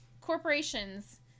corporations